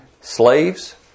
slaves